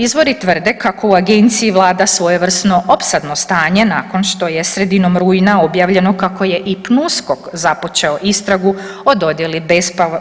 Izvori tvrde kako u agenciji vlada svojevrsno opsadno stanje nakon što je sredinom rujna objavljeno kako je i PNUSKOK započeo istragu o dodjeli